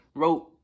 wrote